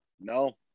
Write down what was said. No